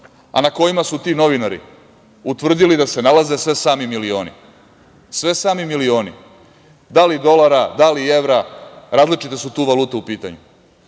a na kojima su ti novinari utvrdili da se nalaze sve sami milioni, sve sami milioni, da li dolara, da li evra, različite su tu valute u pitanju. Sada